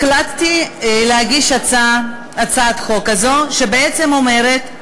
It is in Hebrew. החלטתי להגיש את הצעת החוק הזאת, שבעצם אומרת,